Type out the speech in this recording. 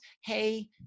Hey